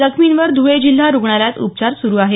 जखमींवर धुळे जिल्हा रुग्णालयात उपचार सुरू आहेत